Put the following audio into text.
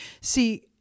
See